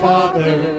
Father